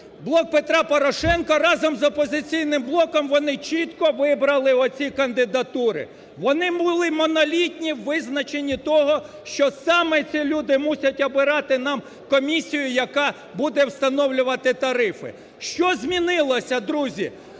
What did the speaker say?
"Блок Петра Порошенка" разом із "Опозиційним блоком" – вони чітко вибрали оці кандидатури. Вони були монолітні у визначенні того, що саме ці люди мусять обирати нам комісію, яка буде встановлювати тарифи. Що змінилося, друзі?